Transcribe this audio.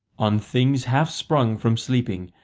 on things half sprung from sleeping,